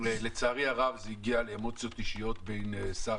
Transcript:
לצערי הרב זה הגיע לאמוציות אישיות בין שר